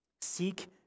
Seek